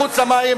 מחוץ למים